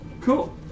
Cool